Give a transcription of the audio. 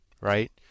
right